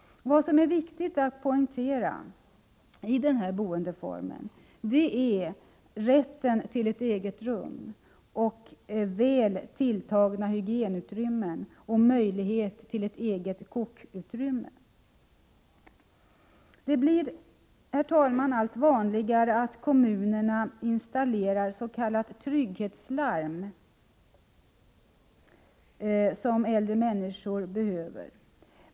Vad som är viktigt att poängtera när det gäller denna boendeform är rätten till ett eget rum och väl tilltagna hygienutrymmen samt möjlighet till ett eget kokutrymme. Det blir, herr talman, allt vanligare att kommunerna installerar s.k. trygghetslarm, som äldre människor behöver.